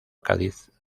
cádiz